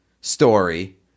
story